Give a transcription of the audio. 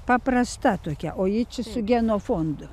paprasta tokia o ji čia su genofondu